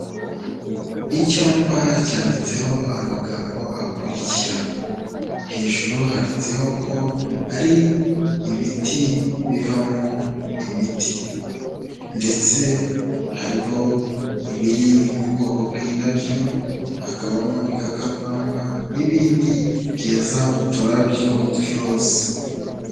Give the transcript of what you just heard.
Icyapa cyanditseho amagambo akurikira, hejuru handitseho ko ari ibiti bivamo imiti. Ndetse hariho ibiri mu bwoko bw'indabyo hakabamo ibikakarubamba n'ibindi byeza uturabyo tw'irozi.